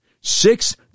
six